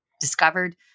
discovered